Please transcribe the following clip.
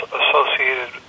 associated